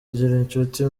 zigirinshuti